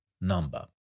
number